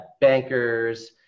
bankers